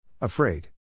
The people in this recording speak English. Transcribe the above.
Afraid